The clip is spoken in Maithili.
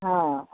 हाँ